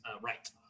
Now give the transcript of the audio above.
right